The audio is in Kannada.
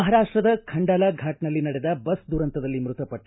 ಮಹಾರಾಷ್ಟದ ಖಂಡಾಲಾ ಫಾಟ್ನಲ್ಲಿ ನಡೆದ ಬಸ್ ದುರಂತದಲ್ಲಿ ಮೃತಪಟ್ಟ